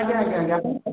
ଆଜ୍ଞା ଆଜ୍ଞା ଆଜ୍ଞା ଆପଣ